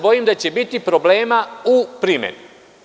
Bojim se da će biti problema u primeni.